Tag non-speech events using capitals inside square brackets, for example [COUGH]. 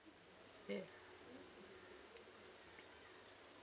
ya [NOISE]